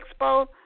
Expo